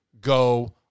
go